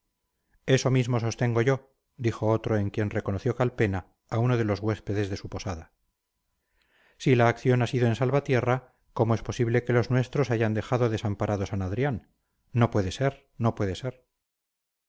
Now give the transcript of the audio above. eso mismo sostengo yo dijo otro en quien reconoció calpena a uno de los huéspedes de su posada si la acción ha sido en salvatierra cómo es posible que los nuestros hayan dejado desamparado san adrián no puede ser no puede ser